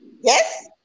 Yes